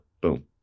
Boom